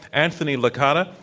anthony licata.